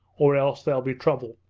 or else there'll be trouble.